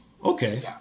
Okay